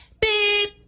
Beep